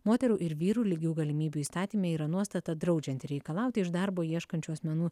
moterų ir vyrų lygių galimybių įstatyme yra nuostata draudžianti reikalauti iš darbo ieškančių asmenų